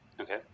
Okay